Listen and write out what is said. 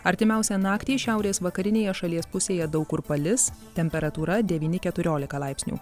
artimiausią naktį šiaurės vakarinėje šalies pusėje daug kur palis temperatūra devyni keturiolika laipsnių